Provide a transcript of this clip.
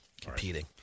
competing